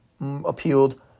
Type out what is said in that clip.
appealed